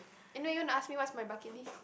and then you want to ask me what's my bucket list